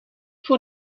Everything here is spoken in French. pour